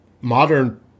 modern